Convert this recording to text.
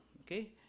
okay